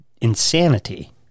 insanity